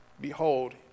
Behold